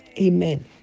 Amen